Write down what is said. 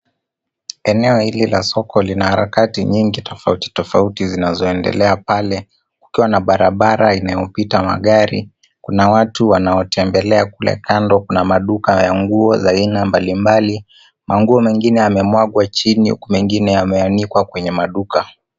Eneo hili la soko lina harakati nyingi tofauti, totauti zinazoendelea pale; kukiwa na barabara inayopita magari. Kuna watu wanaotembelea kule kando kuna maduka ya nguo za aina mbalimbali. Nguo mengine yamemwagwa chini huku mengine yameanikwa kwenye maduka.